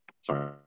Sorry